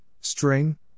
string